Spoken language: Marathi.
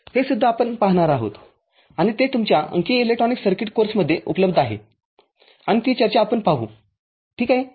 हे सुद्धा आपण आपण पाहणार आहोत आणि ते तुमच्या अंकीय इलेक्ट्रॉनिक्स सर्किट कोर्समध्ये उपलब्ध आहे आणि ती चर्चा आपण पाहू ठीक आहे